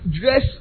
dress